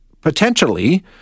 potentially